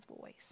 voice